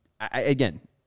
Again